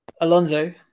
Alonso